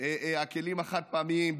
נגד הכלים החד-פעמיים,